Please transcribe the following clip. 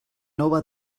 nova